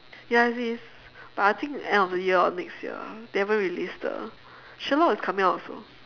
ya it is but I think end of the year or next year they haven't release the sherlock is coming out also